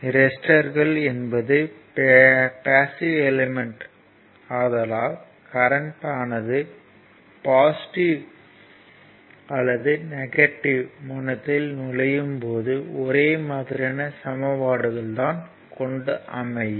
ரெசிஸ்டர்கள் என்பது passive element ஆதலால் கரண்ட் ஆனது பாசிட்டிவ் அல்லது நெகட்டிவ் முனையத்தில் நுழையும் போது ஒரே மாதிரியான சமன்பாடுகள் தான் கொண்டு அமையும்